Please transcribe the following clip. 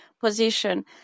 position